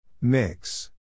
Mix